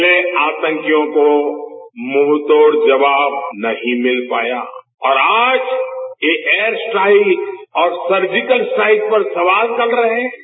पहले आतंकियों कोमुंहतोड़ जवाब नहीं मिल पाया और आज एयर स्ट्राइक और सर्जिकल स्ट्राइक पर सवाल चलरहे हैं